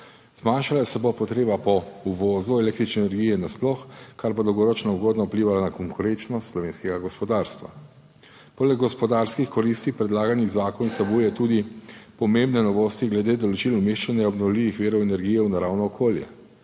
Zmanjšala se bo potreba po uvozu električne energije nasploh, kar bo dolgoročno ugodno vplivalo na konkurenčnost slovenskega gospodarstva. Poleg gospodarskih koristi predlagani zakon vsebuje tudi pomembne novosti glede določil umeščanja obnovljivih virov energije v naravno okolje.